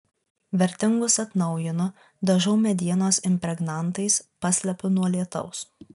vertingus atnaujinu dažau medienos impregnantais paslepiu nuo lietaus